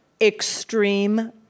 extreme